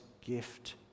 gift